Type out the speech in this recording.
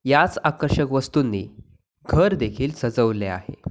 याच आकर्षक वस्तूंनी घर देखील सजवले आहे